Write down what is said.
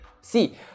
See